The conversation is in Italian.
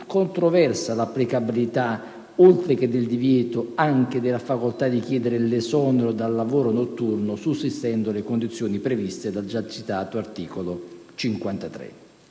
controversa l'applicabilità, oltre che del divieto, anche della facoltà di chiedere l'esonero dal lavoro notturno sussistendo le condizioni previste dal già citato articolo 53.